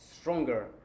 stronger